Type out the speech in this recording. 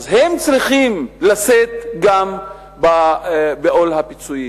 אז הם צריכים לשאת גם בעול הפיצויים.